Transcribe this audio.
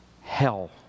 hell